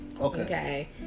okay